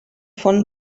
von